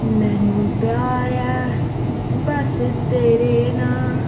मैनू प्यार ऐ बस तेरे नांऽ